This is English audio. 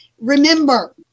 remember